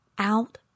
out